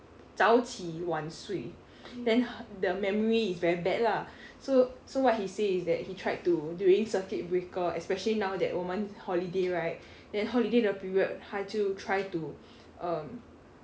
早起晚睡 then h~ the memory is very bad lah so so what he say is that he tried to during circuit breaker especially now that 我们 holiday right then holiday 的 period 他就 try to um